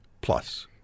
plus